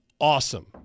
awesome